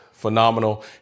phenomenal